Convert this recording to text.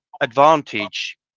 advantage